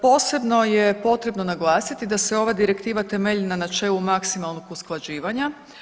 Posebno je potrebno naglasiti da se ova direktiva temelji na načelu maksimalnog usklađivanja.